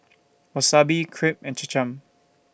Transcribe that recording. Wasabi Crepe and Cham Cham